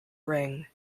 ring